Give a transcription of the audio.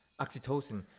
oxytocin